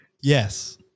yes